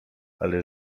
ale